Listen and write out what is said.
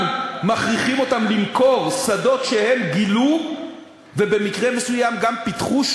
אנחנו גם מכריחים אותם למכור שדות שהם גילו ובמקרה מסוים גם פיתחו.